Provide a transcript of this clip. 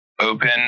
open